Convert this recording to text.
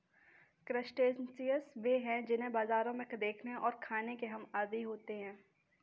crustaceans वे हैं जिन्हें बाजारों में देखने और खाने के हम आदी होते हैं